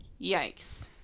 Yikes